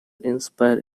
inspire